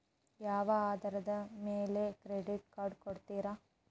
ಯಾವ ಆಧಾರದ ಮ್ಯಾಲೆ ಕ್ರೆಡಿಟ್ ಕಾರ್ಡ್ ಕೊಡ್ತಾರ?